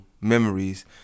Memories